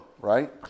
right